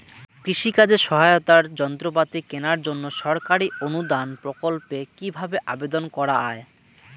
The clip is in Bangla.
কৃষি কাজে সহায়তার যন্ত্রপাতি কেনার জন্য সরকারি অনুদান প্রকল্পে কীভাবে আবেদন করা য়ায়?